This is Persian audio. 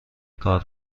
کار